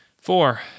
Four